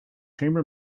chamber